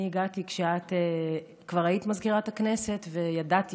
אני הגעתי כשאת כבר היית מזכירת הכנסת וידעתי